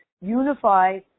unify